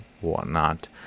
whatnot